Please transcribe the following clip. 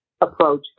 approach